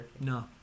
no